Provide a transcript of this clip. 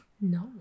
No